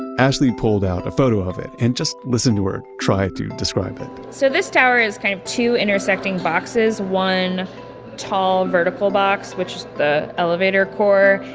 ashley pulled out a photo of it and just listen to her, try to describe it so this tower is kind of two intersecting boxes, one tall vertical box which is the elevator core,